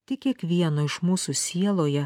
tik kiekvieno iš mūsų sieloje